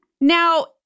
Now-